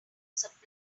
singing